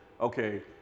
okay